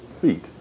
feet